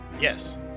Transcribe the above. Yes